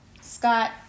Scott